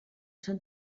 són